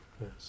Yes